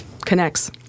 connects